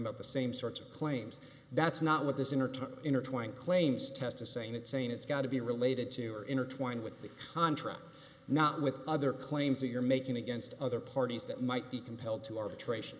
about the same sorts of claims that's not what this in or to intertwine claims test is saying it's saying it's got to be related to or intertwined with the contract not with other claims that you're making against other parties that might be compelled to arbitration